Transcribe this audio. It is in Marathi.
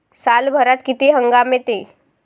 सालभरात किती हंगाम येते?